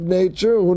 nature